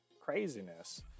craziness